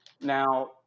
Now